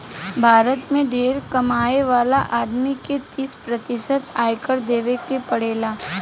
भारत में ढेरे कमाए वाला आदमी के तीस प्रतिशत आयकर देवे के पड़ेला